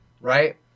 right